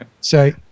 Say